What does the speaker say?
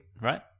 right